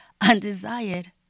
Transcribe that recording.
undesired